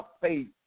faith